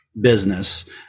business